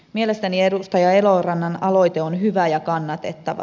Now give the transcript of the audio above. mielestäni edustaja elorannan aloite on hyvä ja kannatettava